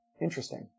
interesting